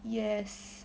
yes